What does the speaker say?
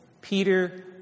Peter